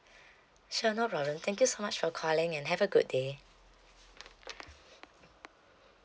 sure no problem thank you so much for calling and have a good day